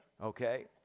Okay